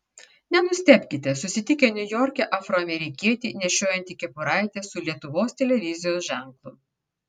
nenustebkite susitikę niujorke afroamerikietį nešiojantį kepuraitę su lietuvos televizijos ženklu